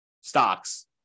stocks